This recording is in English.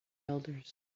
elders